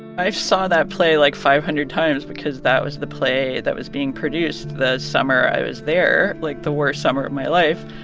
i saw that play, like, five hundred times because that was the play that was being produced the summer i was there like, the worst summer of my life.